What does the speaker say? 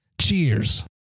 Cheers